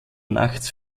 nachts